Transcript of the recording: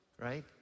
Right